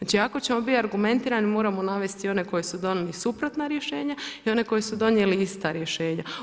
Ako ćemo biti argumentirani, moramo navest i one koji su donijeli suprotna rješenja i one koji su donijeli ista rješenja.